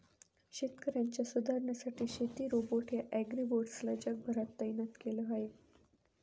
शेतकऱ्यांच्या सुधारणेसाठी शेती रोबोट या ॲग्रीबोट्स ला जगभरात तैनात केल आहे